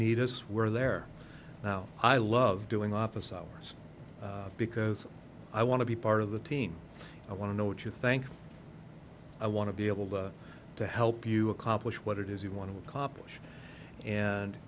need us where they're now i love doing office hours because i want to be part of the teen i want to know what you think i want to be able to help you accomplish what it is you want to accomplish and